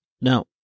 Now